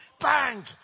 bang